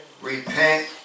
Repent